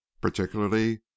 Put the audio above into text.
particularly